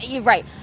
Right